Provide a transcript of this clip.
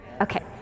Okay